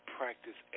practice